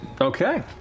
Okay